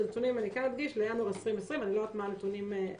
אדגיש שהנתונים הם מינואר 2020. אני לא יודעת מה הנתונים היום.